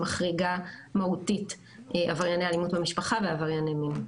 שמחריגה מהותית עברייני אלימות במשפחה ועברייני מין.